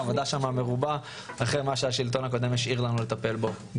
העבודה שם מרובה אחרי מה שהשלטון הקודם השאיר לנו לטפל בו,